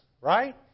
Right